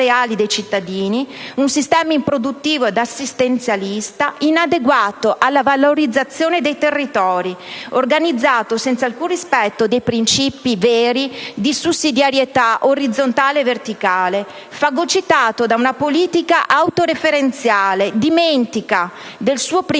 un sistema improduttivo e assistenzialista inadeguato alla valorizzazione dei territori, organizzato senza alcun rispetto dei principi di sussidiarietà orizzontale e verticale, fagocitato da una politica autoreferenziale dimentica del suo primario